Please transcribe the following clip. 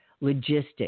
logistics